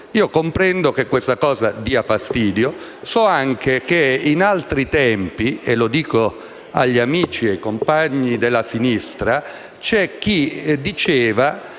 Comprendo che questo dia fastidio e so anche che in altri tempi - lo dico agli amici ed ai compagni della sinistra - c'era chi diceva